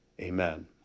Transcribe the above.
Amen